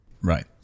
right